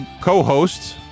co-hosts